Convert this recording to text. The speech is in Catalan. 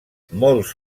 molts